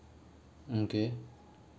okay